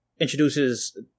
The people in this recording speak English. introduces